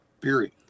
period